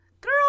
Girl